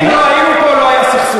אם לא היינו פה, לא היה סכסוך.